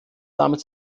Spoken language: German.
damit